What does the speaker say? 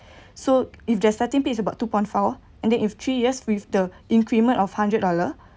so if they're starting pay is about two point four and if three years with the increment of hundred dollar